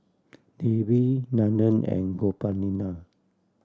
Devi Nandan and Gopinath